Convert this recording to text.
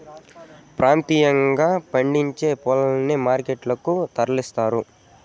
ప్రాంతీయంగా పండించిన పూలని మార్కెట్ లకు తరలిస్తారు